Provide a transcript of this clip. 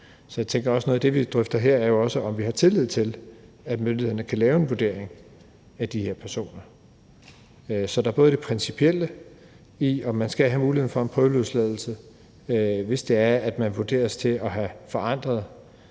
Så jeg tænker, at noget af det, vi også drøfter her, er, om vi har tillid til, at myndighederne kan lave en vurdering af de her personer. Så der er både det principielle i, om man skal have muligheden for en prøveløsladelse, hvis man vurderes til at have forandret